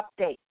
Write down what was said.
update